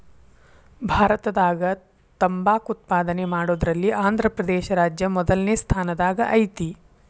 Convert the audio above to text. ಭಾರತದಾಗ ತಂಬಾಕ್ ಉತ್ಪಾದನೆ ಮಾಡೋದ್ರಲ್ಲಿ ಆಂಧ್ರಪ್ರದೇಶ ರಾಜ್ಯ ಮೊದಲ್ನೇ ಸ್ಥಾನದಾಗ ಐತಿ